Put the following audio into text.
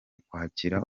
ukwakira